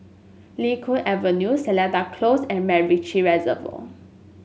Kee Sun Avenue Seletar Close and MacRitchie Reservoir